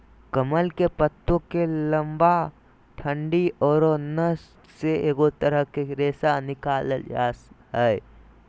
कमल के पत्तो के लंबा डंडि औरो नस से एगो तरह के रेशा निकालल जा हइ